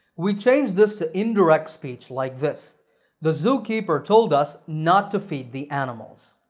we change this to indirect speech like this the zookeeper told us not to feed the animals.